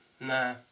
Nah